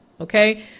okay